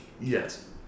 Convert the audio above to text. Yes